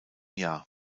jahr